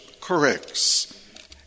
corrects